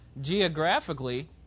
geographically